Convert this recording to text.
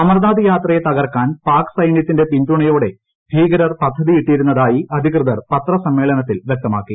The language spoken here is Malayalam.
അമർനാഥ് യാത്രയെ തകർക്കാൻ പാക് സൈനൃത്തിന്റെ പിന്തുണയോടെ ഭീകരർ പദ്ധതിയിട്ടിരുന്നതായി അധികൃതർ പത്രസമ്മേളനത്തിൽ വ്യക്തമാക്കി